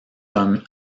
comme